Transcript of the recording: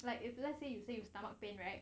like if let's say you say you to stomach pain right